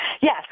Yes